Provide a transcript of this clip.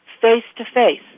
face-to-face